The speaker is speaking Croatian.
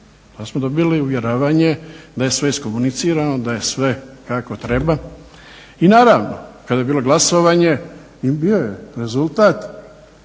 Pa smo dobili uvjeravanje da je sve iskomunicirano, da je sve kako treba. I naravno kada je bilo glasovanje i bio je rezultat,